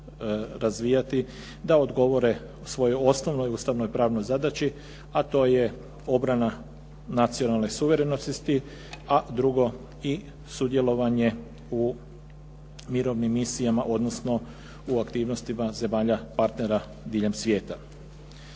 da odgovore svojoj osnovnoj i ustavno-pravnoj zadaći a to je obrana nacionalne suverenosti a drugo i sudjelovanje u mirovnim misijama odnosno u aktivnostima zemalja partnera diljem svijeta.